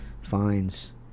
fines